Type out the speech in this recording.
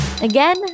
Again